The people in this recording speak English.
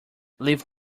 leave